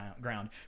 ground